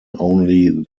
only